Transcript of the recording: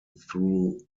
through